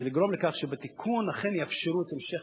זה לגרום לכך שבתיקון אכן יאפשרו את המשך